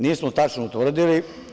Nismo tačno utvrdili.